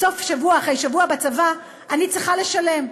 בסוף שבוע, אחרי שבוע בצבא, אני צריכה לשלם.